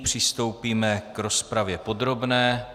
Přistoupíme k rozpravě podrobné.